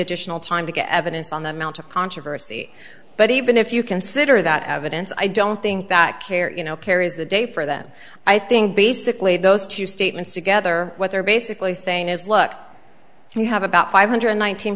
additional time to get evidence on the amount of controversy but even if you consider that evidence i don't think that care you know carries the day for them i think basically those two statements together what they're basically saying is look if you have about five hundred